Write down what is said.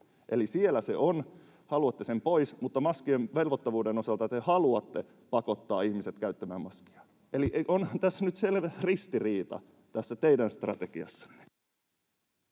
Eli siellä se on ja haluatte sen pois, mutta maskien velvoittavuuden osalta te haluatte pakottaa ihmiset käyttämään maskia. Eli onhan tässä teidän strategiassanne